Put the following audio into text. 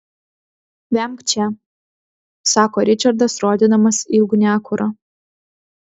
vemk čia sako ričardas rodydamas į ugniakurą